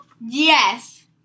Yes